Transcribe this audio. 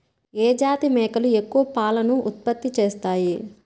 ఏ జాతి మేకలు ఎక్కువ పాలను ఉత్పత్తి చేస్తాయి?